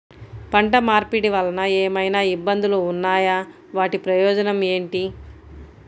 పంట మార్పిడి వలన ఏమయినా ఇబ్బందులు ఉన్నాయా వాటి ప్రయోజనం ఏంటి?